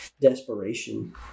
desperation